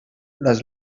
les